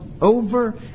over